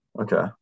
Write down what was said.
Okay